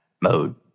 mode